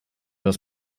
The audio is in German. das